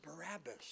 Barabbas